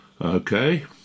Okay